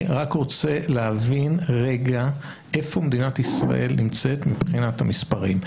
אני רק רוצה להבין רגע איפה מדינת ישראל נמצאת מבחינת המספרים,